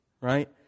right